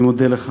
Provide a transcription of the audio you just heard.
אני מודה לך.